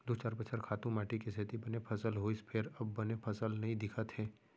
दू चार बछर खातू माटी के सेती बने फसल होइस फेर अब बने फसल नइ दिखत हे